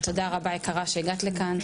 תודה רבה יקרה שהגעת לכאן.